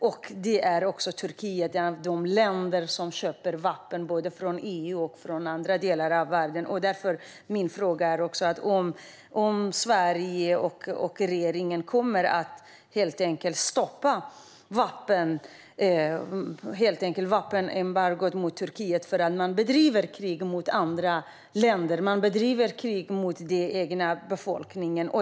Turkiet är ett av de länder som köper vapen både från EU och från andra delar av världen. Jag undrar om Sverige och regeringen kommer att stoppa vapenexporten till Turkiet, eftersom Turkiet bedriver krig mot andra länder och mot den egna befolkningen.